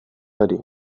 ari